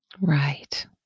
Right